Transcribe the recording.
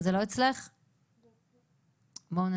זה ברור ומובן מאליו.